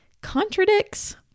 contradicts